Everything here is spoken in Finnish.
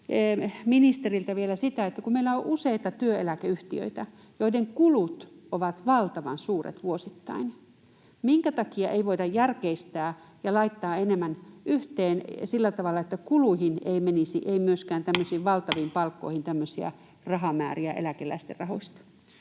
ministeriltä vielä: kun meillä on useita työeläkeyhtiöitä, joiden kulut ovat valtavan suuret vuosittain, niin minkä takia ei voida järkeistää ja laittaa enemmän yhteen sillä tavalla, että kuluihin ei menisi, ei myöskään tämmöisiin valtaviin palkkoihin, tämmöisiä rahamääriä eläkeläisten rahoista?